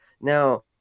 now